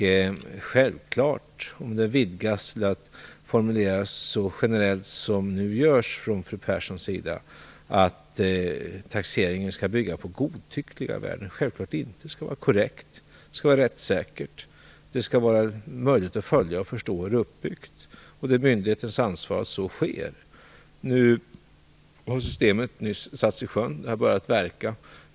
Självklart går det inte att vidga detta och formulera det så generellt som nu görs från fru Perssons sida, dvs. att taxeringen skall bygga på godtyckliga värden. Det skall vara korrekt. Det skall vara rättssäkert. Det skall vara möjligt att följa och förstå hur det här är uppbyggt. Det är myndighetens ansvar att se till att det blir så. Systemet har nyligen satts i sjön och har börjat verka.